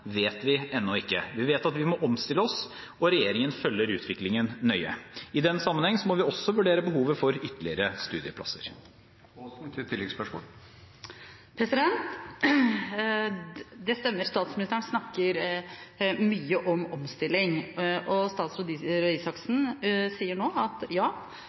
vi ennå ikke. Vi vet at vi må omstille oss, og regjeringen følger utviklingen nøye. I den sammenhengen må vi også vurdere behovet for ytterligere studieplasser. Det stemmer – statsministeren snakker mye om omstilling, og statsråd Røe Isaksen sier nå at